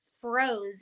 froze